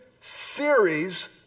series